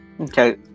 Okay